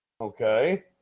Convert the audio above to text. Okay